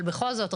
בכל זאת,